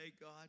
God